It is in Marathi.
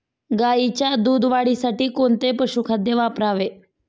गाईच्या दूध वाढीसाठी कोणते पशुखाद्य वापरावे?